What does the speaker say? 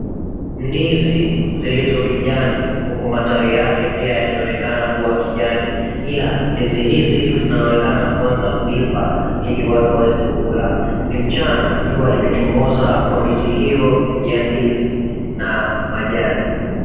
Ndizi zilizo kijani huku matawi yake pia yakionekana kuwa kijani, ila ndizi hizi zinaonekana kuanza kuiva ili watu waweze kukula. Ni mchana jua limechomoza kwa miti hiyo ya ndizi na majani.